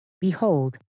Behold